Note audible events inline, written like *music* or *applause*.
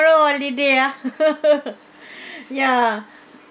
tomorrow holiday ah *laughs* *breath* ya